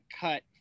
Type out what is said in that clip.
cut